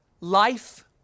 life